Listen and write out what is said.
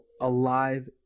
alive